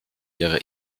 ihre